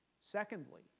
Secondly